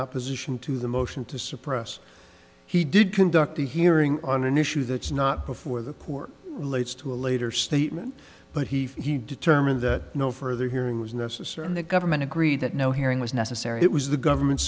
opposition to the motion to suppress he did conduct a hearing on an issue that's not before the court relates to a later statement but he determined that no further hearing was necessary in the government agreed that no hearing was necessary it was the government